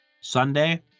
sunday